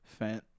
Fent